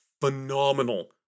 phenomenal